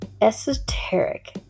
Esoteric